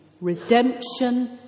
Redemption